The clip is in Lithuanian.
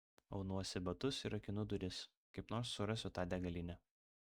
aunuosi batus ir rakinu duris kaip nors surasiu tą degalinę